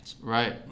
Right